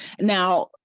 now